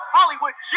Hollywood